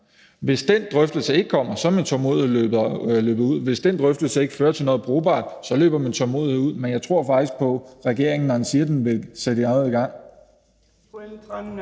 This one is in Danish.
Hvis den drøftelse ikke kommer, slipper min tålmodighed op, og hvis den drøftelse ikke fører til noget brugbart, slipper min tålmodighed op. Men jeg tror faktisk på regeringen, når den siger, at den vil sætte noget i gang.